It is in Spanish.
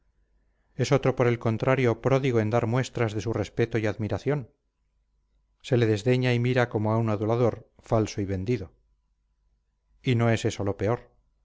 es otro por el contrario pródigo en dar muestras de su respeto y admiración se te desdeña y mira como a un adulador falso y vendido y no es eso lo peor